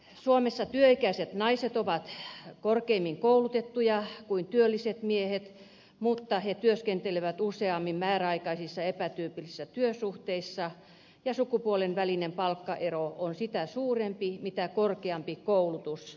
suomessa työikäiset naiset ovat korkeammin koulutettuja kuin työlliset miehet mutta he työskentelevät useammin määräaikaisissa epätyypillisissä työsuhteissa ja sukupuolten välinen palkkaero on sitä suurempi mitä korkeampi koulutus on